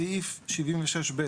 בסעיף 76ב,